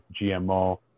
GMO